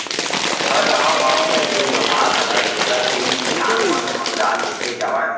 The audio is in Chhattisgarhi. हर गॉंव म पहिली लोहार रहयँ जेकर तीन किसान मन अवजार लेके जावयँ